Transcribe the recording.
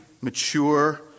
mature